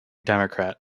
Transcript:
democrat